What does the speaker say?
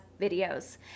videos